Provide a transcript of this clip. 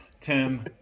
tim